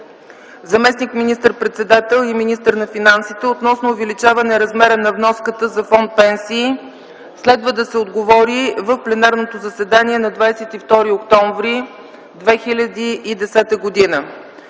заместник министър председател и министър на финансите, относно увеличаване размера на вноската за Фонд „Пенсии”. Следва да се отговори в пленарното заседание на 22 октомври 2010 г.